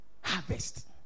harvest